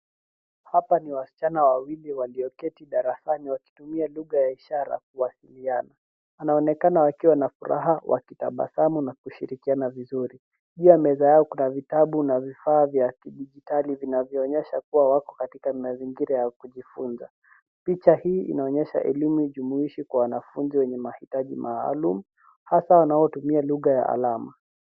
Hapa ni wasichana wawili walio keti darasani wakutumia lugha ya ishara kuwasiliana. Wanaonekana wakiwa na furaha, wakitabasamu na kushirikiana vizuri. Pia meza yao kuna vitabu na vifaa vya kidijitali, vinavyoonyesha kuwa wako katika mazingira ya kujifunza. Picha hii inaonyesha elimu jumuishi kwa wanafunzi wenye mahitaji maalum, hasa wanaotumia lugha ya alama.